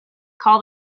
call